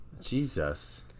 Jesus